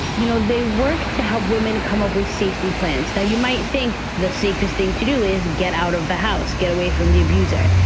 you know, they work to help women come up with safety plans that you might think the safest thing to do is get out of the house, get away from the abuser.